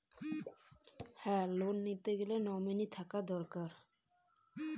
Loan নেওয়ার গেলে nominee থাকা কি দরকারী?